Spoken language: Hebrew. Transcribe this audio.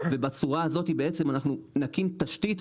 ובצורה הזאת אנחנו נקים תשתית,